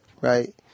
right